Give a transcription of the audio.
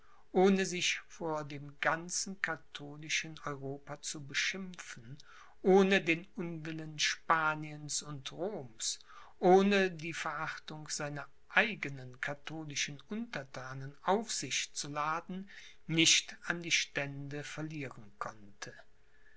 ohne sich vor dem ganzen katholischen europa zu beschimpfen ohne den unwillen spaniens und roms ohne die verachtung seiner eigenen katholischen unterthanen auf sich zu laden nicht an die stände verlieren konnte